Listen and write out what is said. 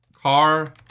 Car